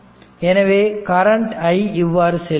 எனவே current i இவ்வாறு செல்கிறது